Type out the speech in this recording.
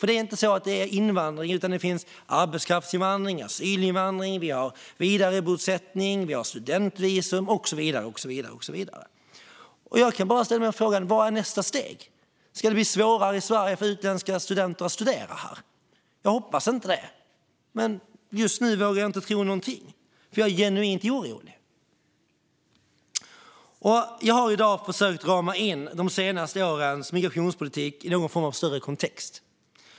Det är inte bara invandring, utan det är arbetskraftsinvandring, asylinvandring, vidarebosättning, studentvisum och så vidare. Jag kan bara ställa frågan: Vad är nästa steg? Ska det bli svårare för utländska studenter att studera i Sverige? Jag hoppas inte det, men just nu vågar jag inte tro någonting. Jag är genuint orolig. Jag har i dag försökt rama in de senaste årens migrationspolitik i någon form av större kontext.